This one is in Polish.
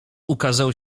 ukazał